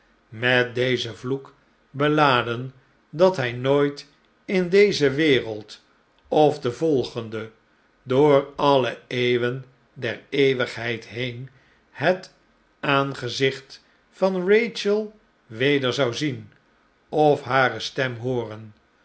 met dezen vloek beladen dat hij nooit in deze wereld of volgende door alle eeuwen der eeuwigheid heen het aangezicht van rachel weder zou zien of hare stem hooren